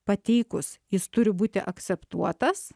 pateikus jis turi būti akseptuotas